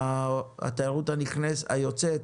התיירות היוצאת